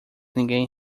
ninguém